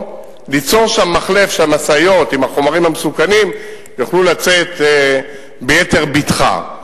ליצור שם מחלף שהמשאיות עם החומרים המסוכנים יוכלו לצאת ביתר בטחה,